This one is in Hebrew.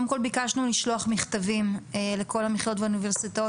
קודם כל ביקשנו לשלוח מכתבים לכל המכללות והאוניברסיטאות.